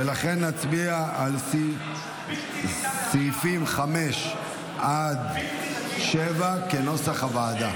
ולכן נצביע על סעיפים 5 עד 7 כנוסח הוועדה.